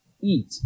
eat